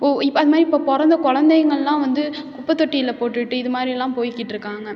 உ இப்போ அது மாதிரி இப்போ பிறந்த கொழந்தைங்களலாம் வந்து குப்பைத் தொட்டியில் போட்டுவிட்டு இது மாதிரில்லாம் போய்க்கிட்டிருக்காங்க